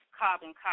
carbon